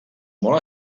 molt